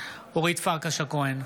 אורית פרקש הכהן,